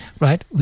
Right